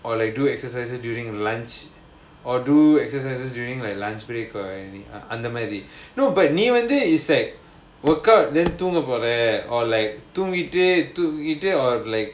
or like do exercises during lunch or do exercises during my lunch break or anything அந்த மாதிரி:andha maadhiri no but நீ வந்து:nee vandhu workout then தூங்கப்போற:thoongappora or like தூங்கிட்டு தூங்கிட்டு:thoongittu thoongittu or like